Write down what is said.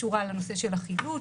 שקשורה לנושא של אחידות,